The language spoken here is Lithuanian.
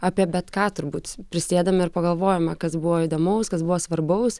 apie bet ką turbūt prisėdame ir pagalvojome kas buvo įdomaus kas buvo svarbaus